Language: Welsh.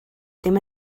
ddim